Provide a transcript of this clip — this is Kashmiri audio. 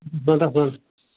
بہٕ دَپہٕ حظ